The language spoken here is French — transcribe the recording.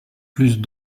plus